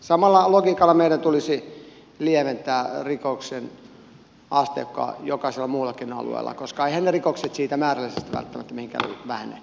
samalla logiikalla meidän tulisi lieventää rikoksen asteikkoa jokaisella muullakin alueella koska eiväthän ne rikokset siitä määrällisesti välttämättä mihinkään vähene